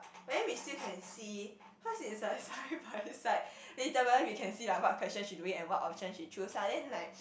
but then we still can see cause is like side by side literally we can see like what question she doing and what option she choose lah then like